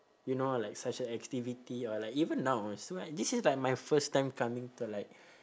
you know like such a activity or like even now is what this is like my first time coming to like